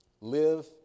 Live